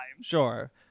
Sure